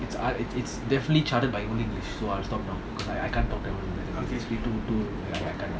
it's ah it it's definitely charted by so I'll stop now cause like I can't tamil it's a bit too too I I can't